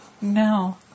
No